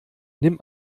nimm